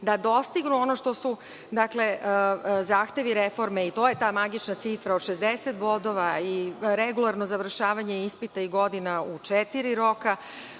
da dostignu ono što su zahtevi reforme, to je ta magična cifra od 60 bodova i regularno završavanje ispita i godina u četiri